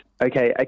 okay